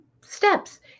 steps